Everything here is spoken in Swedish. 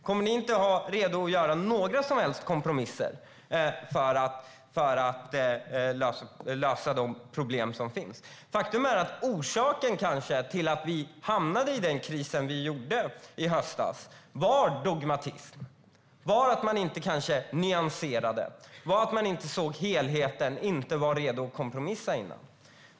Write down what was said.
Kommer ni att vara redo att göra några som helst kompromisser för att lösa de problem som finns? Orsaken till att man hamnade i krisen i höstas var dogmatism, att man inte var nyanserad, inte såg helheten och inte var redo att kompromissa.